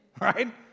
right